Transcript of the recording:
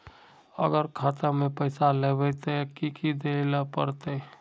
अगर खाता में पैसा लेबे ते की की देल पड़ते?